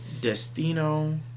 Destino